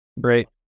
great